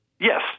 Yes